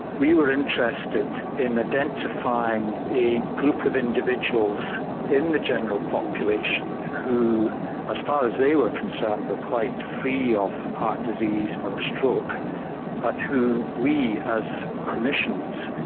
we were interested in identifying a group of individuals in the general population who as far as they were concerned were quite free of heart disease or stroke but who we, as clinicians,